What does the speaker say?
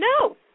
No